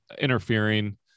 interfering